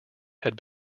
had